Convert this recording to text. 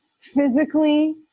physically